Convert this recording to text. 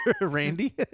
Randy